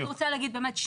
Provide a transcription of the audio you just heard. אז אני רוצה להגיד באמת,